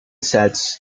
sets